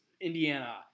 Indiana